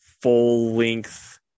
full-length